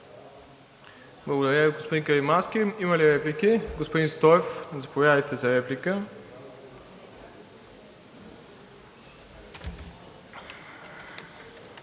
Благодаря Ви, господин Каримански. Има ли реплики? Господин Стоев, заповядайте за реплика.